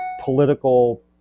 political